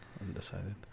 Undecided